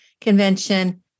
convention